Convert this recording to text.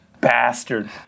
bastard